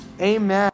Amen